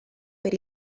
per